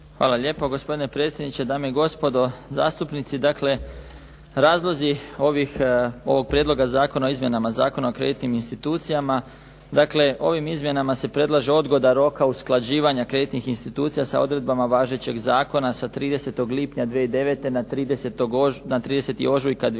Hvala lijepo. Gospodine predsjedniče, dame i gospodo zastupnici. Dakle, razlozi ovog Prijedloga zakona o izmjenama Zakona o kreditnim institucijama. Dakle, ovim izmjenama se predlaže odgoda roka usklađivanja kreditnih institucija sa odredbama važećeg zakona sa 30. lipnja 2009. na 30. ožujka 2010.